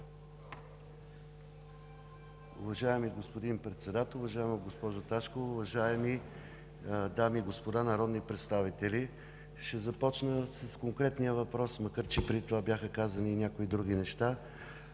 Уважаеми господин Председател, уважаема госпожо Таскова, уважаеми дами и господа народни представители! Ще започна с конкретния въпрос, макар че преди това бяха казани и някои други неща.